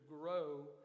grow